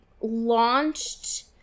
launched